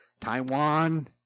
Taiwan